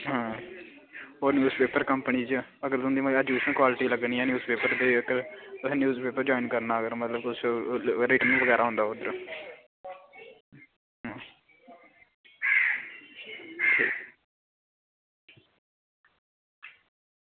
होर जियां newspaper quality पर जियां थुआढ़ी लग्गनी उस पेपर पर होर जिया न्यूज़ पेपर ज्वाईन करना रिटन बगैरा होंदा ओह्दे च